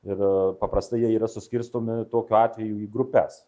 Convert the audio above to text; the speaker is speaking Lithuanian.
ir paprastai jie yra suskirstomi tokiu atveju į grupes